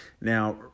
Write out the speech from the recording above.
Now